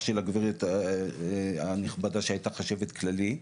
של הגברת הנכבדה שהייתה חשבת כללית,